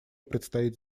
предстоит